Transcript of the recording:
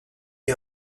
est